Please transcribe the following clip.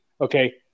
Okay